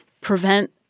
prevent